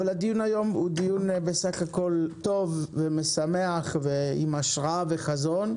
אבל הדיון היום הוא דיון בסך הכול טוב ומשמח ועם השראה וחזון,